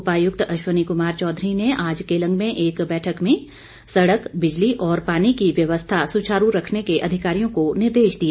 उपायुक्त अश्वनी कुमार चौधरी ने आज केलंग में एक बैठक में सड़क बिजली और पानी की व्यवस्था सुचारू रखने के अधिकारियों को निर्देश दिए